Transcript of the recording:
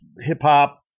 hip-hop